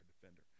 defender